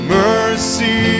mercy